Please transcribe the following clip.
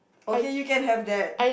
okay you can have that